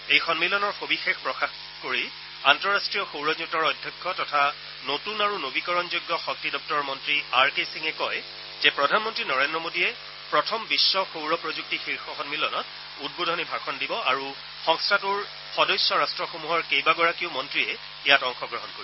এই সন্মিলনৰ সৱিশেষ প্ৰকাশ কৰি আন্তঃৰাষ্ট্ৰীয় সৌৰজোঁটৰ অধ্যক্ষ তথা নতুন আৰু নবীকৰণযোগ্য শক্তি দপ্তৰৰ মন্ত্ৰী আৰ কে সিঙে কয় যে প্ৰধানমন্ত্ৰী নৰেন্দ্ৰ মোডীয়ে প্ৰথম বিশ্ব সৌৰ প্ৰযুক্তি শীৰ্ষ সন্মিলনত উদ্বোধনী ভাষণ দিব আৰু সংস্থাটোৰ সদস্য ৰাট্টসমূহৰ কেইবাগৰাকীও মন্ত্ৰীয়ে ইয়াত অংশগ্ৰহণ কৰিব